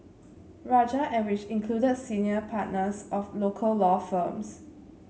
rajah and which included senior partners of local law firms